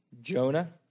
Jonah